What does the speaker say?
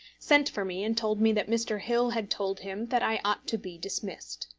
sent for me and told me that mr. hill had told him that i ought to be dismissed.